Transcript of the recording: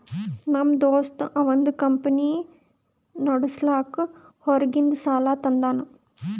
ನಮ್ ದೋಸ್ತ ಅವಂದ್ ಕಂಪನಿ ನಡುಸ್ಲಾಕ್ ಹೊರಗಿಂದ್ ಸಾಲಾ ತಂದಾನ್